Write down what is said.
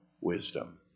wisdom